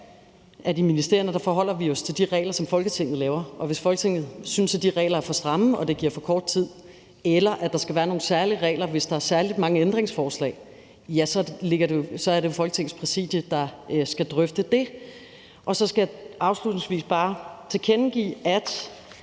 at i ministerierne forholder vi os til de regler, som Folketinget laver. Og hvis Folketinget synes, at de regler er for stramme og det giver for kort tid, eller at der skal være nogle særlige regler, hvis der er særlig mange ændringsforslag, er det jo Folketingets Præsidium, der skal drøfte det. Så skal jeg afslutningsvis bare tilkendegive, at